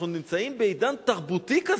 אנחנו נמצאים בעידן תרבותי כזה,